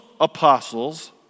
apostles